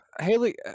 Haley